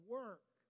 work